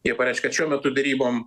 jie pareišk kad šiuo metu derybom